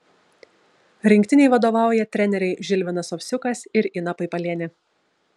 rinktinei vadovauja treneriai žilvinas ovsiukas ir ina paipalienė